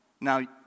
Now